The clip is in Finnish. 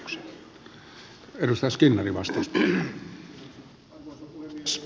arvoisa puhemies